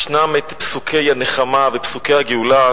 יש פסוקי הנחמה ופסוקי הגאולה,